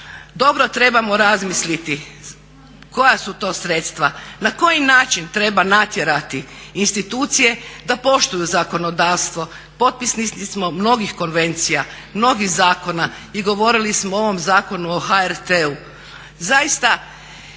Dobro trebamo razmisliti koja su to sredstva, na koji način treba natjerati institucije da poštuju zakonodavstvo. Potpisnici smo mnogih konvencija, mnogih zakona i govorili smo o ovom Zakonu od HRT-u.